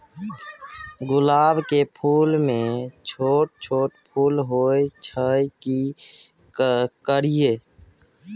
गुलाब के फूल में छोट छोट फूल होय छै की करियै?